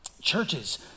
churches